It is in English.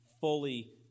fully